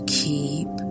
keep